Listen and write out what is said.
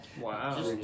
Wow